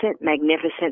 magnificent